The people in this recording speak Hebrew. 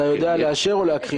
אתה יודע לאשר או להכחיש?